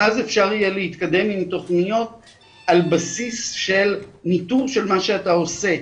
ואז אפשר יהיה להתקדם עם תכניות על בסיס של ניטור של מה שאתה עושה.